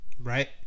right